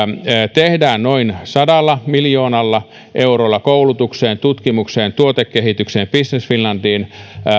tehdään noin sadalla miljoonalla eurolla koulutukseen tutkimukseen tuotekehitykseen business finlandiin